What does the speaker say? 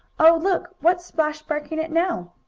oh, look! what's splash barking at now?